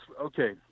okay